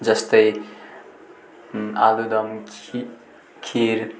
जस्तै आलुदम खिइ खिर